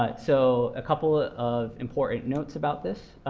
but so a couple of important notes about this.